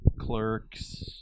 Clerks